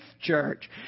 church